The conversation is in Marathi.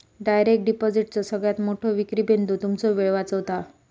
डायरेक्ट डिपॉजिटचो सगळ्यात मोठो विक्री बिंदू तुमचो वेळ वाचवता